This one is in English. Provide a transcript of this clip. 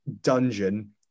dungeon